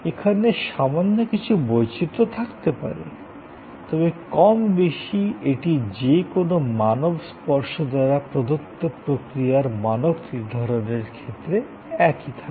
এখানে সামান্য কিছু বৈচিত্র থাকতে পারে তবে কমবেশি এটি যে কোনও মানব স্পর্শ দ্বারা প্রদত্ত প্রক্রিয়ার মানক নির্ধারণের ক্ষেত্রে একই থাকে